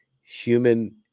human